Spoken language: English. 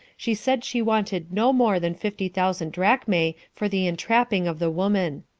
she said she wanted no more than fifty thousand drachmae for the entrapping of the woman.